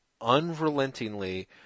unrelentingly